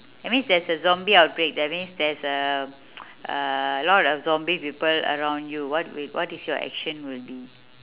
that means there's a zombie outbreak that means there's a uh a lot of zombie people around you what with what is your action will be